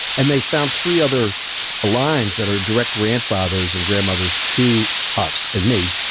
and they found three other lines that are direct grandfathers and grandmothers to us, and me,